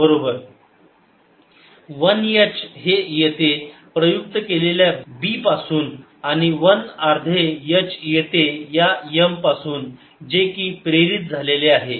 1 H हे येते प्रयुक्त केलेल्या B पासून आणि 1 अर्धी H येते या M पासून जे की प्रेरित झालेले आहे